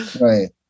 Right